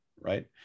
right